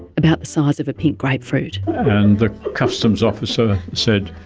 about the size of a pink grapefruit. and the customs officer said,